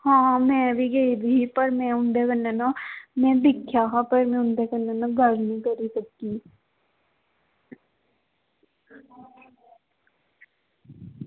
हां में बी गेदी ही पर उं'दे कन्नै ना में दिक्खेआ हा पर उं'दे कन्नै गल्ल निं करी सकी